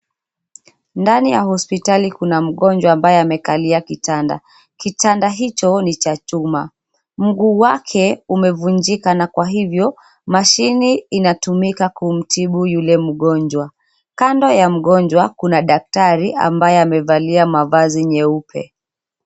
Ndani ya hospitali kuna mgonjwa ambaye amekalia kitanda. Kitanda hicho ni cha chuma. Mguu wake umevunjika na kwa hivyo mashine inatumika kumtibu yule mgonjwa. Kando ya mgonjwa kuna daktari ambaye amevalia mavazi nyeupe.